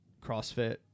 CrossFit